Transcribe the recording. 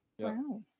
Wow